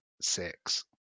six